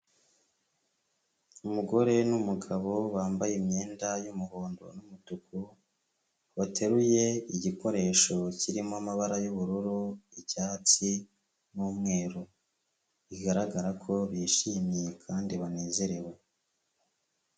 Umugore n'umugabo bambaye imyenda y'umuhondo n'umutuku, bateruye igikoresho kirimo amabara y'ubururu, icyatsi n'umweru, bigaragara ko bishimye kandi banezerewe.